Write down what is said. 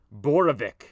Borovic